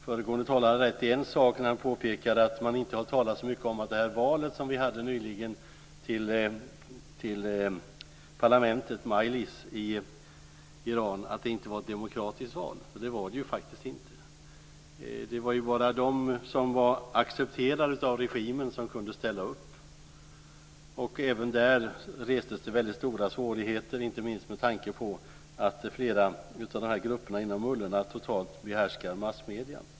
Föregående talare hade rätt i en sak när han påpekade att det inte har talats så mycket om att valet till parlamentet, majlis, i Iran inte var ett demokratiskt val, för det var det ju faktiskt inte. Det var ju bara de som var accepterade av regimen som kunde ställa upp. Även där restes väldigt stora svårigheter, inte minst med tanke på att flera av grupperna inom mullorna totalt behärskar massmedierna.